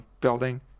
building